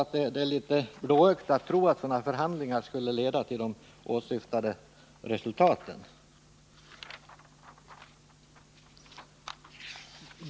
Det är litet blåögt att tro att sådana här förhandlingar skulle kunna leda till de åsyftade resultaten.